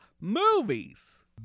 movies